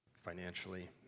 Financially